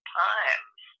times